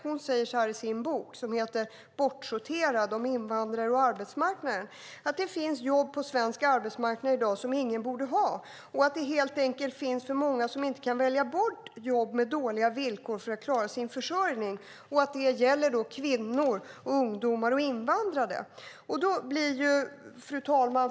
Hon skriver i sin bok, som heter Bortsorterad? - om invandrare och arbetsmarknaden , att det finns jobb på svensk arbetsmarknad i dag som ingen borde ha, att det helt enkelt finns för många som inte kan välja bort jobb med dåliga villkor för att klara sin försörjning. Det gäller då kvinnor, ungdomar och invandrade. Fru talman!